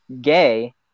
gay